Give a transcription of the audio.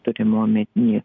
turima omeny